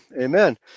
Amen